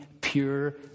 pure